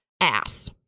ass